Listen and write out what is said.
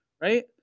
Right